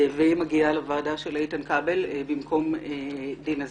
והיא מגיעה לוועדה של איתן כבל במקום דינה זילבר.